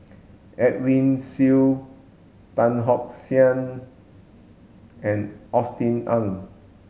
Edwin Siew Tan Tock San and Austen Ong